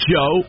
Joe